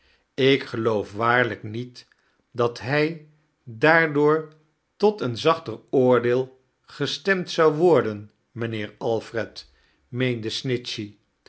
ik geloof waarlijk niet dat hij daardoor tot een zachter oordeel gestemd zou warden mijnheer alfred meende